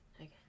Okay